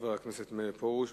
חבר הכנסת מאיר פרוש,